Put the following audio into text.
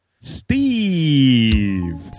Steve